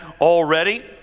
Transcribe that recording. already